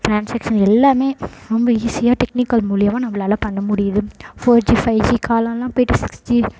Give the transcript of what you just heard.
transaction எல்லாமே ரொம்ப ஈஸியாக டெக்னிக்கல் மூலிமா நம்மளால பண்ண முடியுது ஃபோர் ஜி ஃபைவ் ஜி காலமெல்லாம் போய்விட்டு சிக்ஸ் ஜி